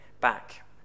back